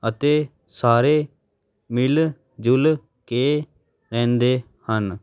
ਅਤੇ ਸਾਰੇ ਮਿਲ ਜੁਲ ਕੇ ਰਹਿੰਦੇ ਹਨ